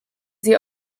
sie